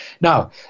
Now